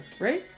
Right